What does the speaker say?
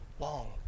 Long